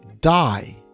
die